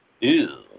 Ew